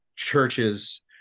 Churches